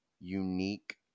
unique